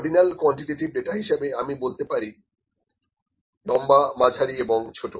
ordinal quantitative data হিসেবে আমি বলতে পারি লম্বা মাঝারি এবং ছোট